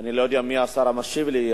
אני לא יודע מי השר המשיב לי.